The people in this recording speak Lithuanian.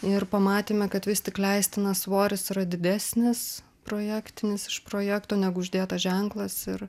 ir pamatėme kad vis tik leistinas svoris yra didesnis projektinis iš projekto negu uždėtas ženklas ir